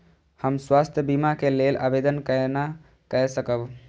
हम स्वास्थ्य बीमा के लेल आवेदन केना कै सकब?